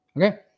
Okay